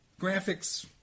graphics